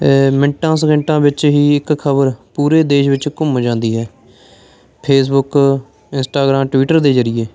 ਮਿੰਟਾਂ ਸੈਕਿੰਟਾਂ ਵਿੱਚ ਹੀ ਇੱਕ ਖਬਰ ਪੂਰੇ ਦੇਸ਼ ਵਿੱਚ ਘੁੰਮ ਜਾਂਦੀ ਹੈ ਫੇਸਬੁੱਕ ਇੰਸਟਾਗ੍ਰਾਮ ਟਵਿੱਟਰ ਦੇ ਜ਼ਰੀਏ